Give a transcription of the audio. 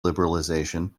liberalization